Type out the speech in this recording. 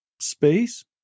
space